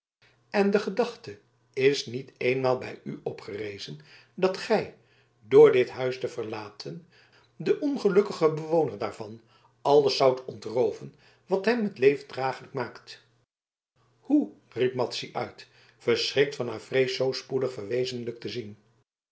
en de gedachte is niet eenmaal bij u opgerezen dat gij door dit huis te verlaten den ongelukkigen bewoner daarvan alles zoudt ontrooven wat hem het leven draaglijk maakt hoe riep madzy uit verschrikt van haar vrees zoo spoedig verwezenlijkt te zien